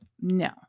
No